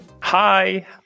Hi